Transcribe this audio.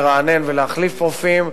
לרענן ולהחליף רופאים,